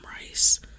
rice